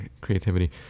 creativity